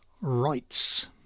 rights